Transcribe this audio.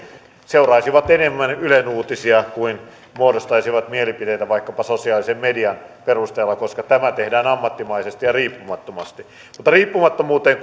seuraisivat enemmän ylen uutisia kuin muodostaisivat mielipiteitä vaikkapa sosiaalisen median perusteella koska ylen uutiset tehdään ammattimaisesti ja riippumattomasti mutta riippumattomuuteen